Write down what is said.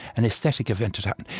an aesthetic event had happened.